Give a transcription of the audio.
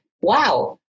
wow